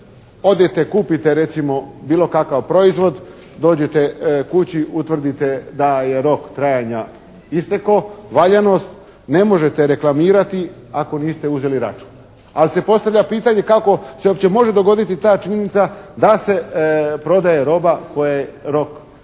odete i kupite recimo bilo kakav proizvod, dođete kući, utvrdite da je rok trajanja istekao, valjanost, ne možete reklamirati ako niste uzeli račun. Ali se postavlja pitanje kako se uopće može dogoditi ta činjenica da se prodaje roba kojoj je rok trajanja,